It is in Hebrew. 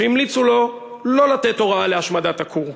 שהמליצו לו לא לתת הוראה להשמדת הכור.